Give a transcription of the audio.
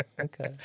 Okay